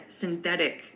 synthetic